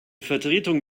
vertretung